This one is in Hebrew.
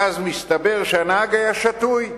ואז מסתבר שהנהג היה שתוי.